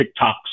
TikToks